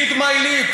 read my lips: